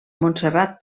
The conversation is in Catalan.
montserrat